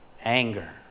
Anger